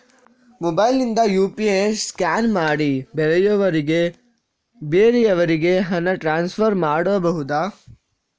Mobile ನಿಂದ UPI scan ಮಾಡಿ ಬೇರೆಯವರಿಗೆ ಹಣ ಟ್ರಾನ್ಸ್ಫರ್ ಮಾಡಬಹುದ?